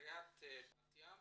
עירית בת ים